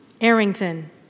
Arrington